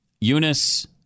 Eunice